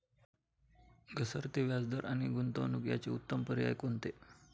घसरते व्याजदर आणि गुंतवणूक याचे उत्तम पर्याय कोणते?